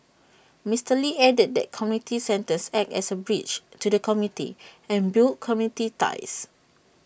Mister lee added that community centres act as A bridge to the community and build community ties